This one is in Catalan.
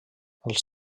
els